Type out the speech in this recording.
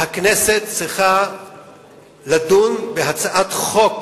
והכנסת צריכה לדון בהצעת חוק,